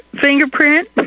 fingerprint